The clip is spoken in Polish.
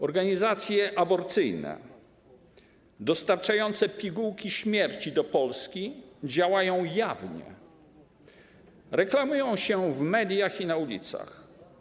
Organizacje aborcyjne dostarczające pigułki śmierci do Polski działają jawnie, reklamują się w mediach i na ulicach.